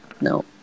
No